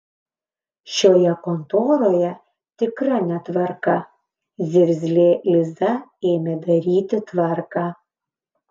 šioje kontoroje tikra netvarka zirzlė liza ėmė daryti tvarką